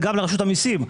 וגם לרשות המסים,